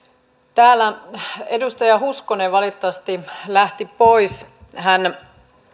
täältä edustaja hoskonen valitettavasti lähti pois hän